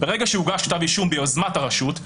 ברגע שיוגש כתב אישום ביוזמת הרשות,